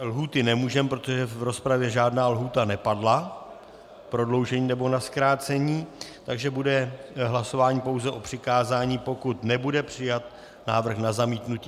Lhůty nemůžeme, protože v rozpravě žádná lhůta nepadla k prodloužení nebo na zkrácení, takže bude hlasování pouze o přikázání, pokud nebude přijat návrh na zamítnutí.